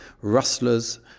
Rustlers